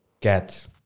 get